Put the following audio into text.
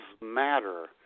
matter